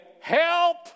Help